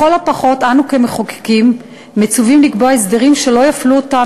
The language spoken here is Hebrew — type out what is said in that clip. לכל הפחות אנו כמחוקקים מצווים לקבוע הסדרים שלא יפלו אותם